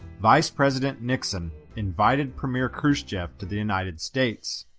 vice president nixon invited premier khrushchev to the united states.